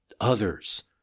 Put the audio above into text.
others